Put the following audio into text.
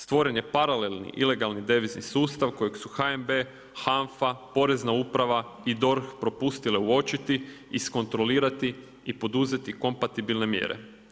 Stvoren je paralelni, ilegalni devizni sustav kojeg su HNB, HANFA, Porezna uprava i DORH propustile uočiti, iskontrolirati i poduzeti kompatibilne mjere.